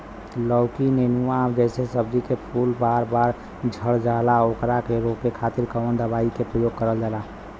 लौकी नेनुआ जैसे सब्जी के फूल बार बार झड़जाला ओकरा रोके खातीर कवन दवाई के प्रयोग करल जा?